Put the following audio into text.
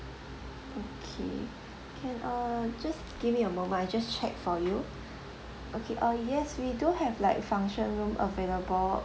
okay can err just give me a moment I just check for you okay uh yes we do have like function room available